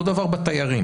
אותו דבר בתיירים,